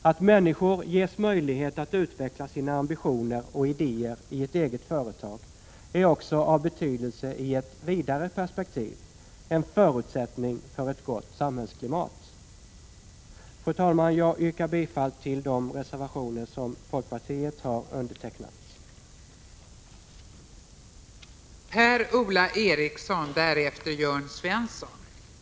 Att människor ges möjlighet att utveckla sina ambitioner och idéer i ett eget företag är också av betydelse i ett vidare perspektiv, en förutsättning för ett gott samhällsklimat! Fru talman! Jag yrkar bifall till de reservationer som folkpartiet har undertecknat.